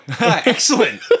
excellent